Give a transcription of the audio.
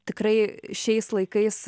tikrai šiais laikais